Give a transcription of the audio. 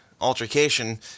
altercation